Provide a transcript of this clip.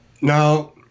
Now